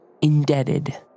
indebted